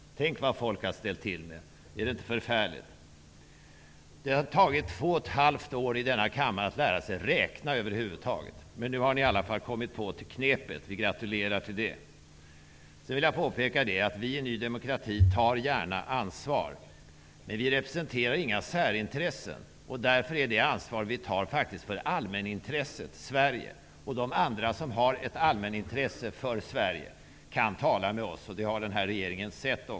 Tänk vad folk kan ställa till med! Är det inte förfärligt? Det har över huvud taget tagit två år för denna kammare att lära sig att räkna. Nu har ni i alla fall kommit på knepet. Vi gratulerar till det. Jag vill påpeka att vi i Ny demokrati gärna tar ansvar. Men vi representerar inga särintressen. Därför är det ansvar vi tar för allmänintresset, dvs. Sverige. De andra som har ett allmänintresse för Sverige kan tala med oss. Det har denna regering sett.